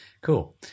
Cool